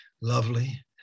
Lovely